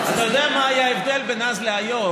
אתה יודע מה היה ההבדל בין אז להיום?